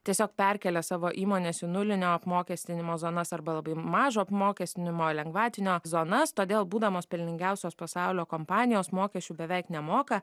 tiesiog perkėlė savo įmones į nulinio apmokestinimo zonas arba labai mažo apmokestinimo lengvatinio zonas todėl būdamos pelningiausios pasaulio kompanijos mokesčių beveik nemoka